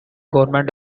government